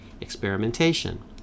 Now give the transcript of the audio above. experimentation